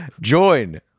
Join